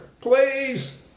please